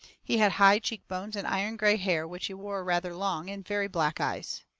he had high cheek bones and iron-gray hair which he wore rather long, and very black eyes.